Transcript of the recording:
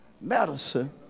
medicine